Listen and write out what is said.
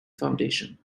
foundation